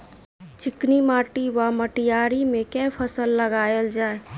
चिकनी माटि वा मटीयारी मे केँ फसल लगाएल जाए?